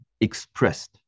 expressed